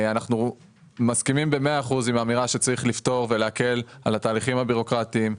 אנחנו מסכימים ב-100% עם האמירה שצריך להקל על ההליכים הבירוקרטיים,